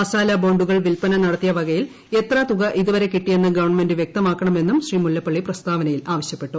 മസാലബോണ്ടുകൾ വ്വീൽപ്പന നടത്തിയ വകയിൽ എത്ര തുക ഇതുവരെ കിട്ടിയെന്ന് ഗ്വൺമെന്റ് വ്യക്തമാക്കണമെന്നും മുല്ലപ്പള്ളി പ്രസ്താവനയിൽ ആവശ്യപ്പെട്ടു